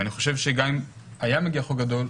אני חושב שגם אם היה מגיע חוק גדול,